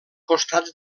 costats